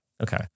Okay